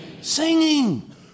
Singing